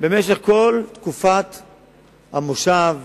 במשך כל תקופת המושב,